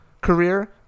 career